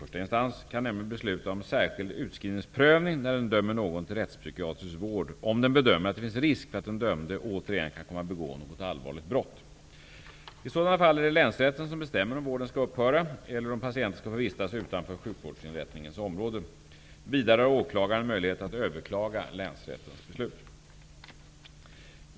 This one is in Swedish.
Tingsrätten kan nämligen besluta om särskild utskrivningsprövning när den dömer någon till rättspsykiatrisk vård, om den bedömer att det finns risk för att den dömde återigen kan komma att begå något allvarligt brott. I sådana fall är det länsrätten som bestämmer om vården skall upphöra eller om patienten skall få vistas utanför sjukvårdsinrättningens område. Vidare har åklagaren möjlighet att överklaga länsrättens beslut.